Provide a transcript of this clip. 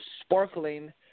sparkling